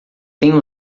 têm